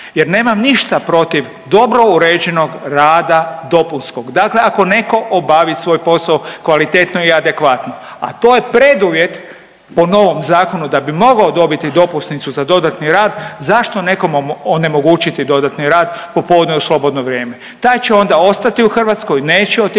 jer nemam ništa protiv dobro uređenog rada dopunskog, dakle ako neko obavi svoj posao kvalitetno i adekvatno, a to je preduvjet po novom zakonu da bi mogao dobiti dopusnicu za dodatni rad, zašto nekom onemogućiti dodatni rad popodne u slobodno vrijeme. Taj će onda ostati u Hrvatskoj, neće otići